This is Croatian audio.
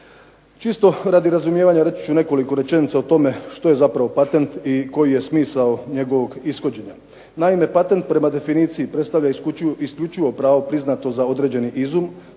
Čisto radi razumijevanja reći ću nekoliko rečenica o tome što je zapravo patent i koji je smisao njegovog ishođenja. Naime, patent prema definiciji predstavlja isključivo pravo priznato za određeni izum